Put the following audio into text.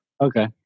okay